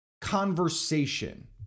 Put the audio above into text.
conversation